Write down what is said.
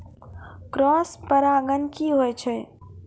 Cross परागण की होय छै?